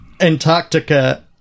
antarctica